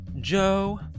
joe